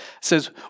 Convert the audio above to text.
says